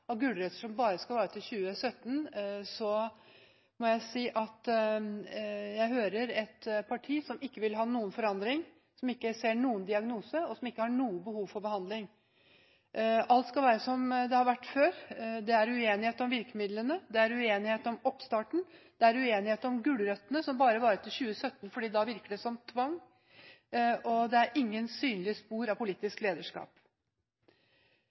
av gulrøtter som bare skal vare til 2017, må jeg si at jeg hører et parti som ikke vil ha noen forandring, som ikke ser noen diagnose, og som ikke har noe behov for behandling. Alt skal være som det har vært før. Det er uenighet om virkemidlene, det er uenighet om oppstarten, det er uenighet om gulrøttene, som bare varer til 2017 – fordi det da virker som tvang – og det er ingen synlige spor av politisk lederskap.